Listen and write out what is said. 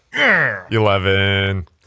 Eleven